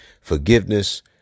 Forgiveness